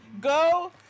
Go